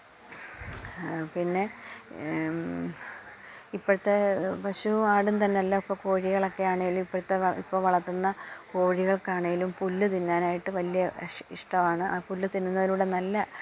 പിന്നെ ഇപ്പോഴത്തെ പശുവും ആടും തന്നല്ല ഇപ്പോള് കോഴികളൊക്കെയാണേലും ഇപ്പോഴത്തെ ഇപ്പോള് വളർത്തുന്ന കോഴിക്കൾക്കണേലും പുല്ല് തിന്നാനായിട്ട് വലിയ ഇഷ് ഇഷ്ടമാണ് ആ പുല്ല് തിന്നുന്നതിലൂടെ നല്ല